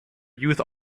youth